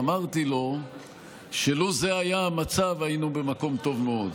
אמרתי לו שלו זה היה המצב, היינו במקום טוב מאוד,